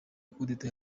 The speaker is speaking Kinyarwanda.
kudeta